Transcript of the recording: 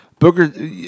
Booker